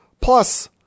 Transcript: Plus